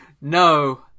No